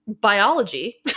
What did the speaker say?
biology